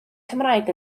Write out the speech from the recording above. cymraeg